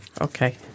Okay